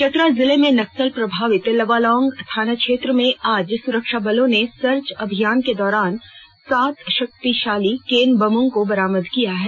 चतरा जिले के नक्सल प्रभावित लावालौंग थाना क्षेत्र में आज सुरक्षा बलों ने सर्च अभियान के दौरान सात शक्तिशाली केन बमों को बरामद किया है